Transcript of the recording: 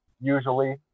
usually